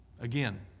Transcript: Again